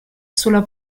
sulla